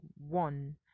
one